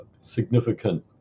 significant